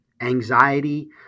anxiety